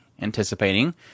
anticipating